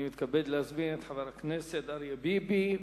אני מתכבד להזמין את חבר הכנסת אריה ביבי.